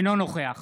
אינו נוכח